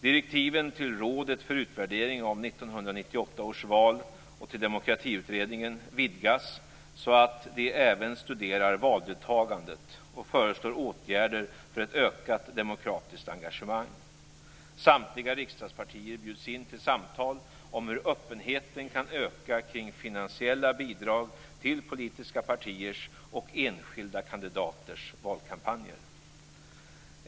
Direktiven till rådet för utvärdering av 1998 års val och till Demokratiutredningen vidgas så att de även studerar valdeltagandet och föreslår åtgärder för ett ökat demokratiskt engagemang. Samtliga riksdagspartier bjuds in till samtal om hur öppenheten kan öka kring finansiella bidrag till politiska partiers och enskilda kandidaters valkampanjer.